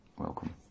welcome